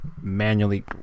manually